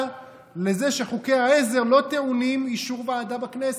לזה שחוקי העזר לא טעונים אישור ועדה בכנסת.